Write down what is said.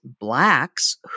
Blacks